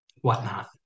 whatnot